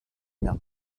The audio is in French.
mer